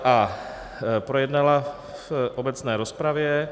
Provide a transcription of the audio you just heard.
a) projednala v obecné rozpravě,